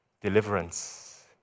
Deliverance